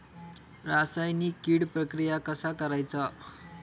रासायनिक कीड प्रक्रिया कसा करायचा?